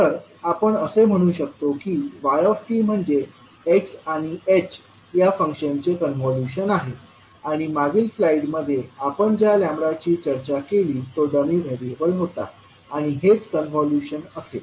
तर आपण असे म्हणू शकतो की yt म्हणजे x आणि h या फंक्शनचे कॉन्व्होल्यूशन आहे आणि मागील स्लाइडमध्ये आपण ज्या लॅम्बडाची चर्चा केली तो डमी व्हेरिएबल होता आणि हेच कन्व्होल्यूशन असेल